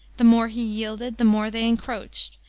the more he yielded, the more they encroached.